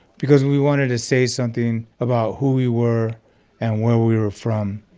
because and we wanted to say something about who we were and where we were from.